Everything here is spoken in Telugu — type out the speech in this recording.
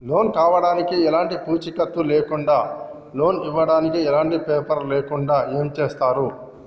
లోన్ కావడానికి ఎలాంటి పూచీకత్తు లేకుండా లోన్ ఇవ్వడానికి ఎలాంటి పేపర్లు లేకుండా ఏం చేస్తారు?